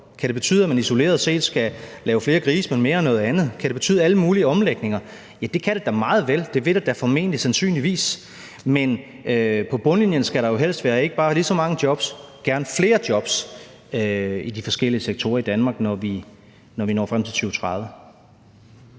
Kan det betyde, at man isoleret set skal lave færre grise, men mere af noget andet? Kan det betyde alle mulige omlægninger? Ja, det kan da meget vel. Det vil det da formentlig, sandsynligvis, men på bundlinjen skal der jo helst være, ikke bare lige så mange jobs, men gerne flere jobs i de forskellige sektorer i Danmark, når vi når frem til 2030.